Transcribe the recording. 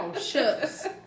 shucks